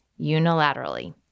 unilaterally